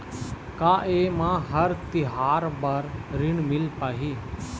का ये म हर तिहार बर ऋण मिल पाही?